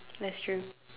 that's true